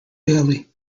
daily